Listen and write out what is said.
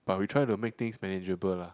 but we try to make things manageable lah